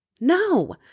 No